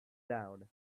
down